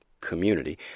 community